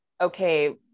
okay